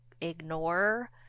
ignore